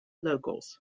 locals